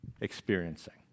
experiencing